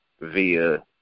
via